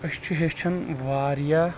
أسۍ چھ ہیٚچھان واریاہ